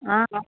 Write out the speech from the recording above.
অঁ